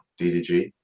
DDG